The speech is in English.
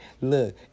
Look